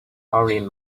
already